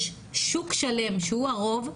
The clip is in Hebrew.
יש שוק שלם שהוא הרוב,